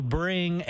bring